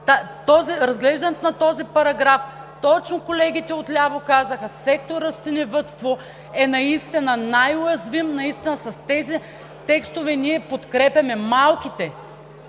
разглеждането на този параграф точно колегите отляво казаха: сектор „Растениевъдство“ е наистина най-уязвим, наистина с тези текстове ние подкрепяме малките